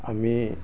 আমি